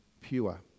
pure